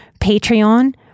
Patreon